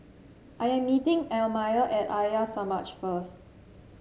I am meeting Elmire at Arya Samaj first